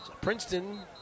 Princeton